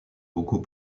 beaucoup